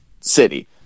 city